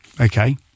Okay